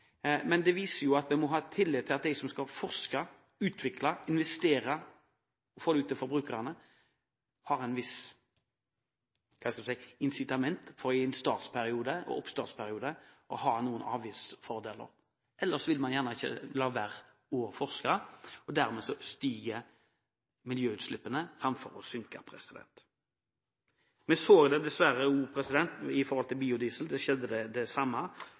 Men det viser at en må ha tillit til at de som skal forske, utvikle, investere og få det ut til forbrukerne, i en oppstartsperiode har et visst – skal vi si – incitament i det å ha noen avgiftsfordeler, ellers vil man gjerne la være å forske. Og dermed øker miljøutslippene istedenfor å avta. Vi så det dessverre i forbindelse med biodiesel, der skjedde det samme.